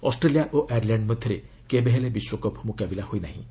Australia ଓ Ireland ମଧ୍ୟରେ କେବେହେଲେ ବିଶ୍ୱକପ୍ ମୁକାବିଲା ହୋଇନାହିଁ